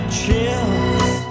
chills